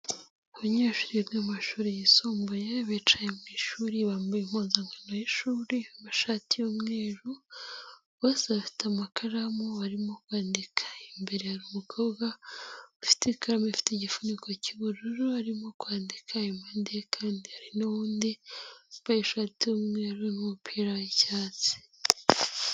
Abanyeshuri biga mu mashuri yisumbuye bicaye mu ishuri bambaye impuzankano yishuri, amashati y'umweru bose bafite amakaramu barimo kwandika, imbere hari umukobwa ufite ikaramu ifite igifuniko cy'ubururu arimo kwandika, impande ye kandi hari n'undi wambaye ishati y'umweru n'umupira w'icyatsi.